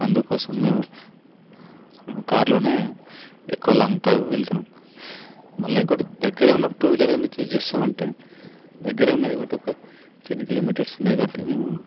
అందుకోసమే మేము మేము కారులోనే ఎక్కువ లాంగ్ డ్రైవ్ వెళ్తాము లేకుంటే దగ్గరే ఉన్నప్పుడు టూ వీలర్ ఎందుకు యూస్ చేస్తామంటే దగ్గరే ఉన్నది కాబట్టి ఒక టెన్ కిలోమీటర్స్ ఉండేది కాబట్టి మేము